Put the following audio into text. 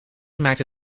maakte